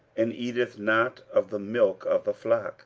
and eateth not of the milk of the flock